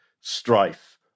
strife